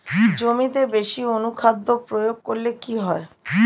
জমিতে বেশি অনুখাদ্য প্রয়োগ করলে কি হয়?